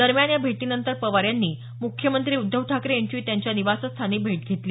दरम्यान या भेटीनंतर पवार यांनी मुख्यमंत्री उद्धव ठाकरे यांची त्यांच्या निवासस्थानी भेट घेतली